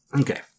Okay